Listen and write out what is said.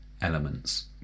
elements